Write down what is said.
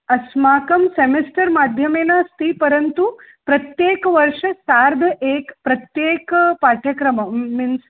अस्माकं सेमिस्टर् माध्यमेन अस्ति परन्तु प्रत्येकवर्षे सार्धं एकं प्रत्येकं पाठ्यक्रमः मिन्स्